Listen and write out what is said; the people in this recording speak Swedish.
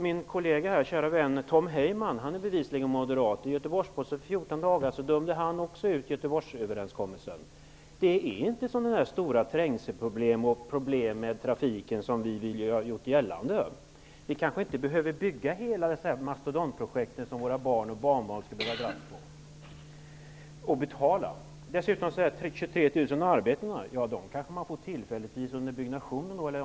Min kollega och käre vän Tom Heyman är bevisligen moderat, och i Göteborgs-Posten för 14 dagar sedan dömde han ut Göteborgsöverenskommelsen. Det är inte så stor trängsel och problem med trafiken som har gjorts gällande. Vi kanske inte behöver bygga hela detta mastodontprojekt, som våra barn och barnbarn skall behöva dras med och betala. Jan Sandberg påstår att projektet ger 23 000 arbeten, Ja, det kan det bli tillfälligtvis under byggnationen.